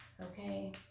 Okay